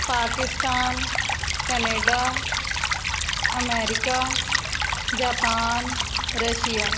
Pakistan Canada America Japan Russia